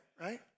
right